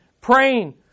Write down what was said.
praying